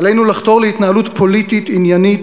עלינו לחתור להתנהלות פוליטית עניינית,